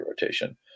rotation